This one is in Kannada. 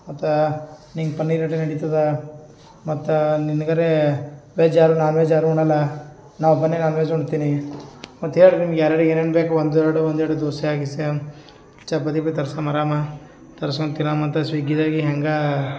ಮತ್ತು ನಿಂಗೆ ಪನ್ನಿರ್ ಎಡೆ ನಡಿತದ ಮತ್ತು ನಿನ್ಗರೆ ವೆಜ್ಜಾರು ನಾನ್ವೆಜಾರು ಉಣಲಾ ನಾವು ಮನೆಲಿ ನಾನ್ವೆಜ್ ಉಣ್ತಿನಿ ಮತ್ತು ಹೇಳ್ರಿ ನಿಮ್ಗೆ ಯಾರ್ಯಾರಿಗೆ ಏನೇನು ಬೇಕು ಒಂದು ಎರಡು ಒಂದು ಎರಡು ದೋಸೆ ಗೀಸೆ ಚಪಾತಿ ಬೆ ತರ್ಸಮ ಆರಾಮ ತರಿಸ್ಕೊಂಡ್ ತಿನ್ನಾಮ ಅಂತ ಸ್ವಿಗ್ಗಿದಾಗೆ ಹೆಂಗ